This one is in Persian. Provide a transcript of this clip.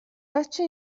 بچه